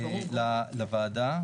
לוועדה.